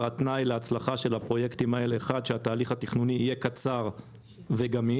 התנאי להצלחה של הפרויקטים האלה הוא שהתהליך התכנוני יהיה קצר וגמיש,